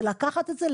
זה לקחת את זה,